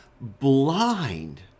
blind